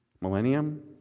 millennium